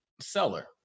seller